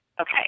okay